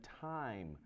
time